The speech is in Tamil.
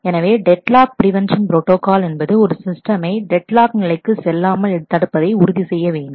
எனவே டெட் லாக் பிரிவென்ஷன் ப்ரோட்டாகால் என்பது ஒரு சிஸ்டமை டெட் லாக் நிலைக்கு செல்லாமல் தடுப்பதை உறுதி செய்ய வேண்டும்